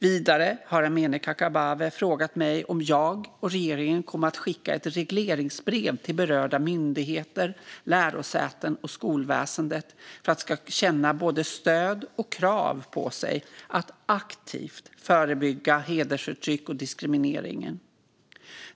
Vidare har Amineh Kakabaveh frågat mig om jag och regeringen kommer att skicka ett regleringsbrev till berörda myndigheter, lärosäten och skolväsendet för att de ska känna både stöd och krav på sig att aktivt förebygga hedersförtryck och diskriminering.